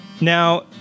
Now